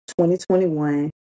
2021